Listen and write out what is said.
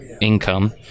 income